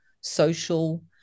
social